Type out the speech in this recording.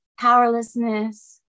powerlessness